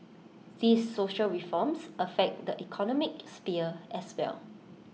these social reforms affect the economic sphere as well